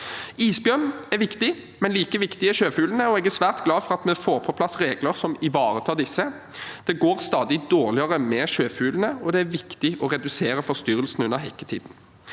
Isbjørn er viktig, men like viktig er sjøfuglene. Jeg er svært glad for at vi får på plass regler som ivaretar disse. Det går stadig dårligere med sjøfuglene, og det er viktig å redusere forstyrrelsene under hekketiden.